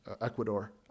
Ecuador